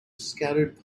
scattered